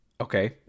okay